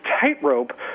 tightrope